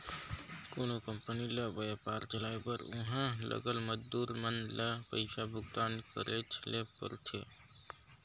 कोनो कंपनी ल बयपार चलाए बर उहां लगल मजदूर मन ल पइसा भुगतान करेच ले परथे